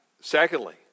secondly